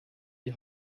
die